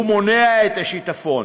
הוא מונע את השיטפון,